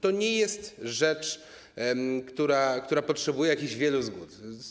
To nie jest rzecz, która potrzebuje jakichś wielu zgód.